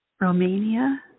Romania